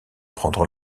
pendre